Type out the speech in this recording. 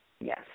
Yes